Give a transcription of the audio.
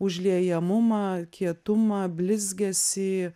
užliejamumą kietumą blizgesį